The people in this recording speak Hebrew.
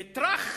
וטראח,